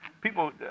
people